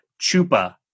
Chupa